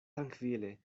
trankvile